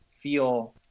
feel